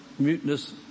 Mutinous